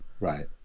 Right